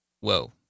Whoa